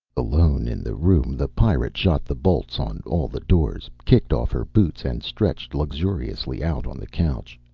alone in the room, the pirate shot the bolts on all the doors, kicked off her boots and stretched luxuriously out on the couch.